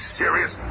serious